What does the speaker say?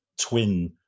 twin